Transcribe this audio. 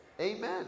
Amen